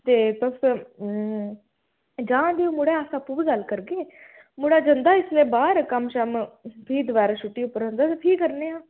ते तुस जान देओ मुड़ा अस आपूं बी गल्ल करगे मुड़ा जंदा इसलै बाहर कम्म शम्म फ्ही दोबारै छुट्टी पर औंदा फ्ही करने आं